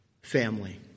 family